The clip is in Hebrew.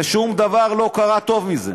ושום דבר טוב לא קרה מזה.